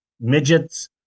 midgets